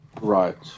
Right